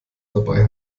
dabei